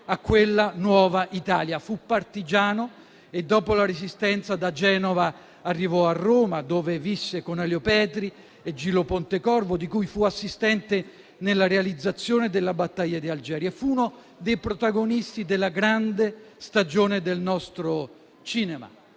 a quella nuova Italia. Fu partigiano e, dopo la Resistenza, da Genova arrivò a Roma, dove visse con Elio Petri e Gillo Pontecorvo, di cui fu assistente nella realizzazione de "La battaglia di Algeri". Fu uno dei protagonisti della grande stagione del nostro cinema.